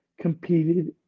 competed